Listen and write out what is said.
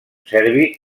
serbi